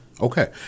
Okay